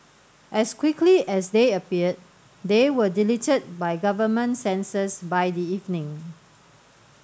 as quickly as they appeared they were deleted by government censors by the evening